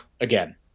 again